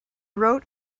wrote